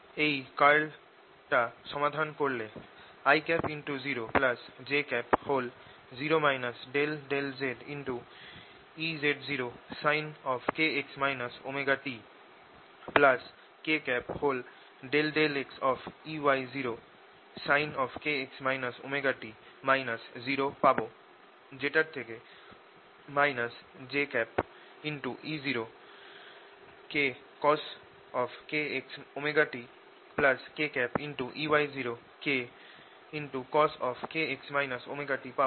এই কার্ল টা সমাধান করলে i0j0 ∂zEz0sin kx ωt k∂xEy0sin⁡kx ωt 0 পাবো যেটার থেকে jEz0kcos kx ωt kEy0kcos kx ωt পাবো